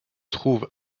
trouvent